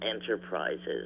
enterprises